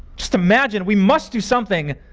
just imagine we must do something.